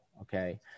okay